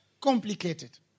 Complicated